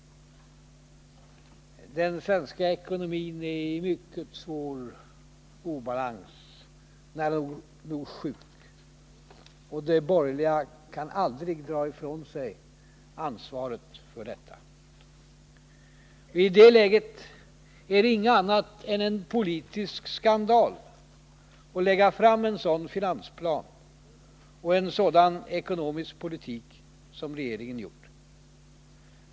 Den svenska ekonomin är i mycket svår obalans, nära nog sjuk, och de borgerliga kan aldrig skjuta ifrån sig ansvaret för detta. I det läget är det inget annat än en politisk skandal att lägga fram en sådan finansplan och en sådan ekonomisk politik som regeringen gjort.